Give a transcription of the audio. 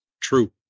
true